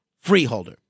freeholder